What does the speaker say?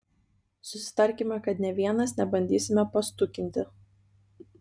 susitarkime kad nė vienas nebandysime pastukinti